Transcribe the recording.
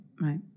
right